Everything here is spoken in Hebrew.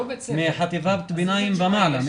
מחטיבת ביניים ומעלה,